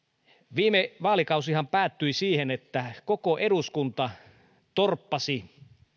viime vaalikausihan päättyi siihen että koko eduskunta torppasi